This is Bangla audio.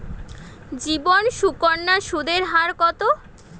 জীবন সুকন্যা সুদের হার কত?